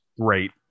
great